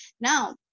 Now